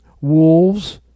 wolves